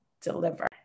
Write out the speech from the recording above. deliver